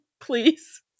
please